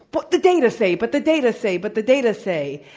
but the data say, but the data say, but the data say.